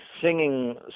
singing